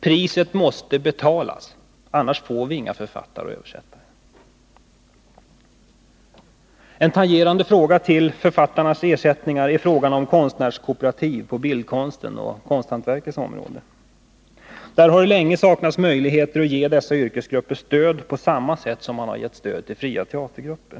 Priset måste betalas, annars får vi inga författare och översättare. En fråga som tangerar författarnas ersättningar är frågan om konstnärskooperativ på bildkonstens och konsthantverkets område. Det har länge saknats möjligheter att ge dessa yrkesgrupper stöd på samma sätt som man har gett stöd till fria teatergrupper.